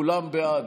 כולם בעד,